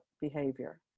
behavior